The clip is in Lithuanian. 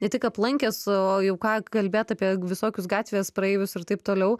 ne tik aplankęs o jau ką kalbėt apie visokius gatvės praeivius ir taip toliau